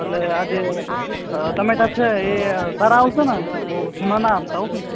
એટલે આજે ટમેટા છે એ સારા આવશેને બહુ જુના ના આપતા હોં ભઈ